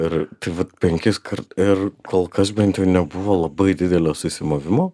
ir tai va penkiskart ir kol kas bent jau nebuvo labai didelio susimovimo